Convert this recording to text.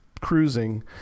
cruising